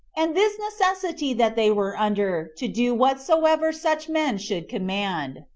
and this necessity that they were under to do whatsoever such men should command,